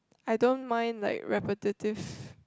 I don't mind like repetitive